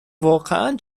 واقعا